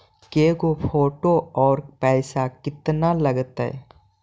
के गो फोटो औ पैसा केतना लगतै?